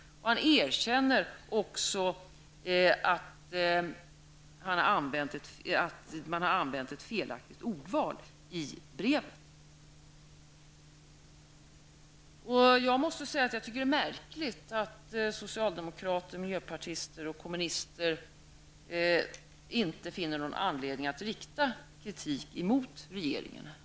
Han erkänner också att man i brevet har använt ett felaktigt ordval. Jag måste säga att jag tycker att det är märkligt att socialdemokrater, miljöpartister och kommunister inte finner någon anledning att rikta kritik mot regeringen.